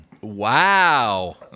Wow